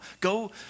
Go